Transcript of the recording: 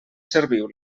serviu